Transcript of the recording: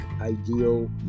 ideal